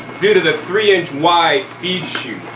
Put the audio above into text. due to the three inch wide feed chute.